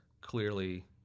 Clearly